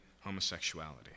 homosexuality